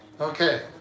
Okay